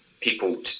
people